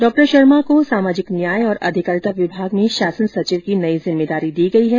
डॉ शर्मा को सामाजिक न्याय और अधिकारिता विभाग में शासन सचिव की नई जिम्मेदारी दी गई है